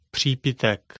Přípitek